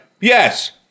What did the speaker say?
yes